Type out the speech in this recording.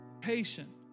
patient